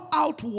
out